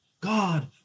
God